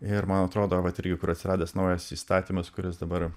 ir man atrodo vat irgi kur atsiradęs naujas įstatymas kuris dabar